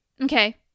okay